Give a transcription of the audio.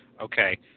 okay